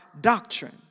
doctrine